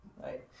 right